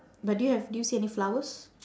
but do you have do you see any flowers